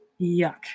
Yuck